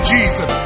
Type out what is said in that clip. Jesus